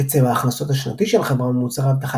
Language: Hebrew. קצב ההכנסות השנתי של החברה ממוצרי אבטחה